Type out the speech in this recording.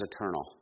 eternal